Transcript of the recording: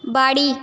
বাড়ি